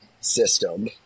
system